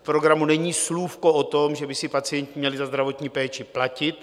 V programu není slůvko o tom, že by si pacienti měli za zdravotní péči platit.